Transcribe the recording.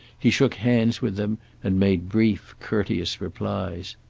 he shook hands with them and made brief, courteous replies.